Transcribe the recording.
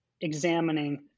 examining